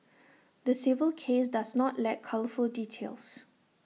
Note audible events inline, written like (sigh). (noise) the civil case does not lack colourful details